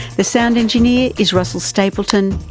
the sound engineer is russell stapleton,